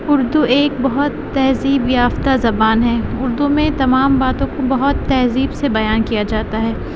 اردو ایک بہت تہذیب یافتہ زبان ہے اردو میں تمام باتوں کو بہت تہذیب سے بیان کیا جاتا ہے